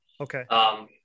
Okay